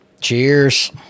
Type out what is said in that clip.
Cheers